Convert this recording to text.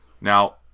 Now